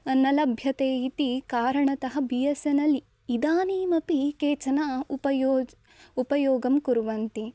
न लभ्यते इति कारणतः बी एस् एन् एल् इदानीम् अपि केचन उपयोगम् उपयोगं कुर्वन्ति